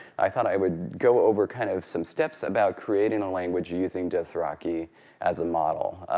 i thought i would go over kind of some steps about creating a language using dothraki as a model,